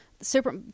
Super